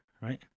Right